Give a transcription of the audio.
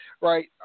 right